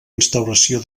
instauració